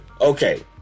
okay